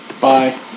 Bye